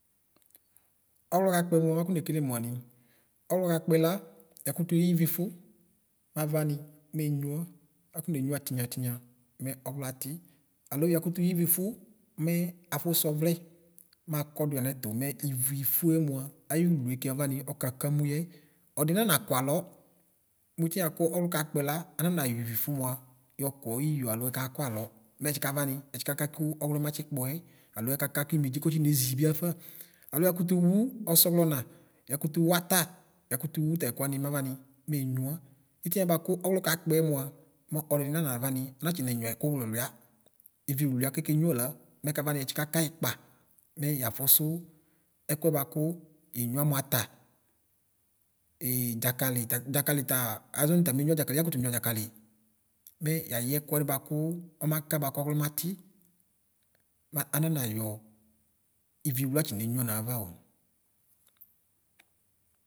Ɔwlɔ yakpɛ mʋa makɔ nekele mʋani ɔwlɔ yakpɛla yakʋtʋ eyɩvifʋ mavani menyua akɔ tinya tinya finna mɛ ɔwlɔ ati alʋ yakʋfʋ yivifʋ mɛ afʋsʋ ɔvlɛ makɔdɔ yanɛtʋ mɛ wifʋe mʋa ayʋlʋ kavani ɔkaka mʋ yɛ ɔdinanakɔ alɔ mʋ itiɛ akʋ kakpɛla amanayɔ iʋifi mʋa yɔkɔ iyo alo ɛkakɔ alɔ matsika vani ɛtsika kɔ ɔwlɔ matsi kpɔɛ alɔ ɛkakakʋ ɩmedʒɩ kɔtsi nezɩ bi yafa alɔ yakʋtʋ wʋ ɔsɔwlɔna yakʋtwʋ ata yakʋtʋ wʋ tɛkʋ wani mavani menyʋa itiɛ bʋakʋ ɔwlɔ kakpɛ mʋa mɛ ɔlɔdi nanavani ɔnatsi nenyʋa ɛkʋ lʋlʋɩa wi lʋlʋɩa kɛkenyʋa la mɛkavani ɛtsika kayɩ ɩkpa mɛ yafʋsʋ ɛkʋa bʋakʋ yenʋau mʋ ata e dzakali dzakalita azɔnʋ tamenyva dzakali yakʋtʋ nyva dzakali mɛ yayɛ skʋ wam bʋakʋ ɔmaka bʋakʋ ɔwlɔ mati mananayɔ wɩwla tsinenyʋa nanaɔ.